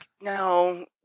no